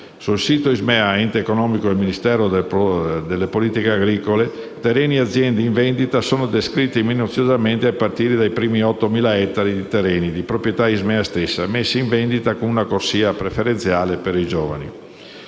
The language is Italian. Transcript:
Sul sito dell'ISMEA, ente economico del Ministero delle politiche agricole alimentari e forestali, terreni e aziende in vendita sono descritti minuziosamente, a partire dai primi 8.000 ettari di terreni di proprietà dell'ISMEA stessa, e messi in vendita con una corsia preferenziale per i giovani.